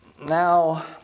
Now